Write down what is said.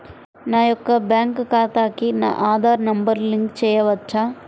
నా యొక్క బ్యాంక్ ఖాతాకి నా ఆధార్ నంబర్ లింక్ చేయవచ్చా?